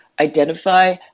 identify